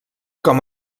com